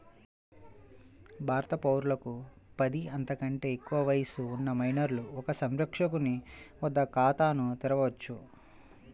భారత పౌరులకు పది, అంతకంటే ఎక్కువ వయస్సు ఉన్న మైనర్లు ఒక సంరక్షకుని వద్ద ఖాతాను తెరవవచ్చు